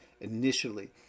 initially